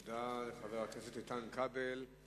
תודה לחבר הכנסת איתן כבל.